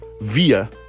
via